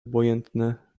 obojętne